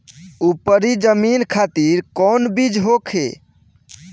उपरी जमीन खातिर कौन बीज होखे?